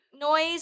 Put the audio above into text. noise